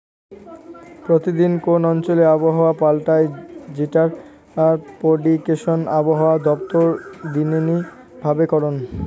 প্রতি দিন কোন অঞ্চলে আবহাওয়া পাল্টায় যেটার প্রেডিকশন আবহাওয়া দপ্তর দিননি ভাবে করঙ